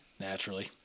Naturally